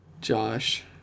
Josh